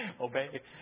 obey